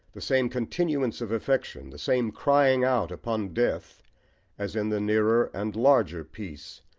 the same continuance of affection, the same crying out upon death as in the nearer and larger piece,